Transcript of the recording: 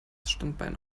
standbein